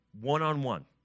one-on-one